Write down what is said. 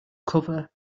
cover